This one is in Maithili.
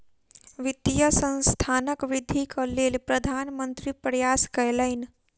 वित्तीय संस्थानक वृद्धिक लेल प्रधान मंत्री प्रयास कयलैन